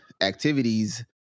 activities